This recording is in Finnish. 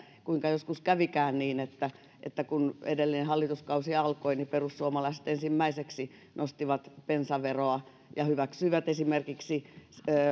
kuinka kävikään niin että että kun edellinen hallituskausi alkoi niin perussuomalaiset ensimmäiseksi nostivat bensaveroa ja hyväksyivät esimerkiksi